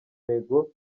ntego